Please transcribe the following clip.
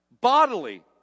bodily